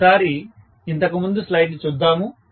ఒకసారి ఇంతకు ముందు స్లైడ్ ని చూద్దాము